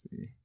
see